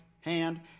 hand